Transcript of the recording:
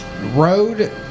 Road